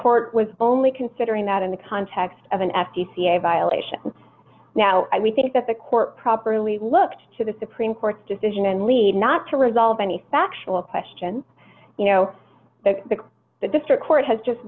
court was only considering that in the context of an f t c a violation now we think that the court properly looked to the supreme court's decision and lead not to resolve any factual question you know that the district court has just